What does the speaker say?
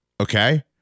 okay